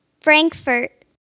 Frankfurt